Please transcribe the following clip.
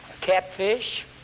catfish